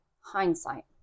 hindsight